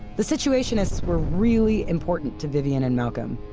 the situationists were really important to vivienne and malcolm.